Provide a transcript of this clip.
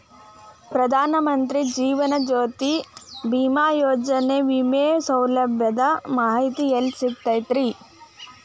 ಪ್ರಧಾನ ಮಂತ್ರಿ ಜೇವನ ಜ್ಯೋತಿ ಭೇಮಾಯೋಜನೆ ವಿಮೆ ಸೌಲಭ್ಯದ ಮಾಹಿತಿ ಎಲ್ಲಿ ಸಿಗತೈತ್ರಿ?